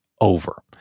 over